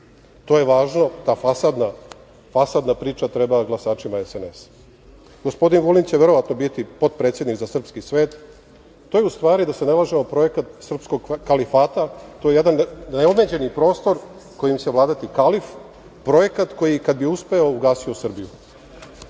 To je važno. Ta fasadna priča treba glasačima SNS.Gospodin Vulin će verovatno biti potpredsednik za srpski svet. To je, u stvari, da se ne lažemo, projekat srpskog kalifata. To je jedan neomeđeni prostor kojim će vladati kalif, projekat koji bi, kad bi uspeo, ugasio Srbiju. Važno